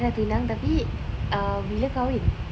ya dah tunang tapi um bila kahwin